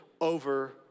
over